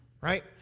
right